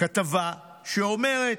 כתבה שאומרת: